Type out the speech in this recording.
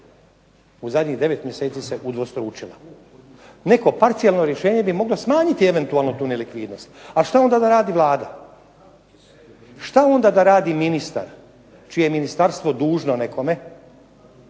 u zadnjih 9 mjeseci se udvostručila. Neko parcijalno rješenje bi moglo smanjiti eventualno tu nelikvidnost, a što onda da radi Vlada? Što onda da radi ministar čije je ministarstvo dužno nekome,